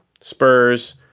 Spurs